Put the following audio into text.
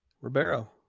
Ribeiro